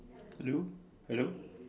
hello hello